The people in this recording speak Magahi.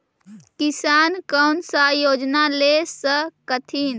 किसान कोन सा योजना ले स कथीन?